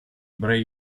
brave